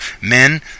Men